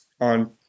on